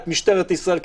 את משטרת ישראל,